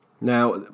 Now